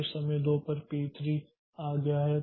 फिर समय 2 पर पी 3 आ गया है